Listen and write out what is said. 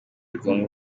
bigomba